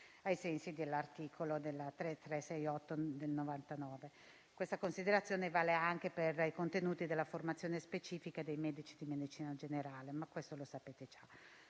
legislativo n. 368 del 1999. Questa considerazione vale anche per i contenuti della formazione specifica dei medici di medicina generale, ma questo lo sapete già.